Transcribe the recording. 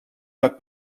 pas